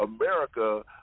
America